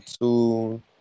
two